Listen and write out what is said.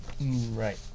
Right